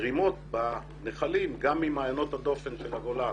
זרימות בנחלים גם ממעיינות הדופן של הגולן